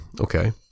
okay